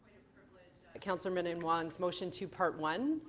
councillor minnan-wong's motion to part one